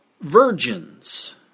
virgins